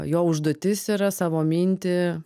jo užduotis yra savo mintį